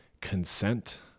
consent